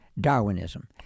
Darwinism